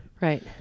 Right